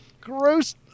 gross